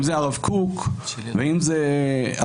אם זה הרב קוק ואם זה אחרים,